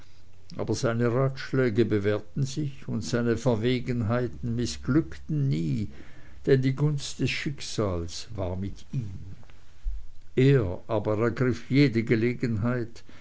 aber seine ratschläge bewährten sich und seine verwegenheiten mißglückten nie denn die gunst des schicksals war mit ihm er aber ergriff jede gelegenheit